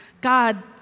God